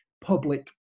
public